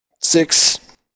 six